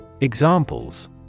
Examples